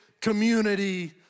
community